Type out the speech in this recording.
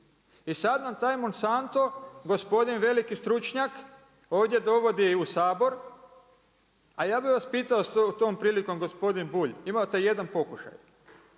I sada nam taj Monsanto, gospodin veliki stručnjak ovdje dovodi u Sabor. A ja bih vas pitao tom prilikom gospodine Bulj, imate jedan pokušaj.